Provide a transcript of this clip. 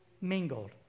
mingled